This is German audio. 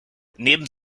neben